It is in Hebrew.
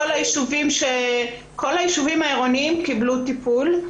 כל הישובים העירונים קיבלו טיפול,